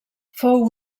fou